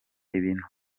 ibintu